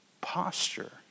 posture